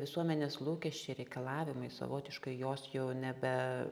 visuomenės lūkesčiai reikalavimai savotiškai jos jau nebe